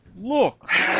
Look